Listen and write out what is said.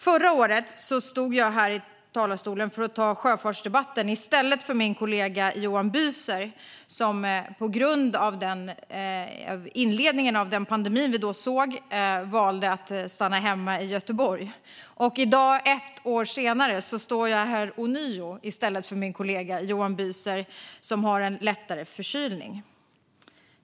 Förra året stod jag här i talarstolen för att ta sjöfartsdebatten i stället för min kollega Johan Büser, som på grund av det som då var inledningen på den pandemi vi har valde att stanna hemma i Göteborg. I dag, ett år senare, står jag ånyo här i stället för min kollega Johan Büser, som har en lättare förkylning.